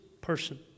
person